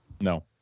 No